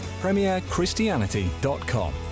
premierchristianity.com